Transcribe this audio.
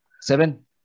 seven